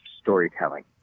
storytelling